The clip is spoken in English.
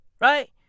Right